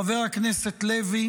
חבר הכנסת לוי: